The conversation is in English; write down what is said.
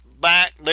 back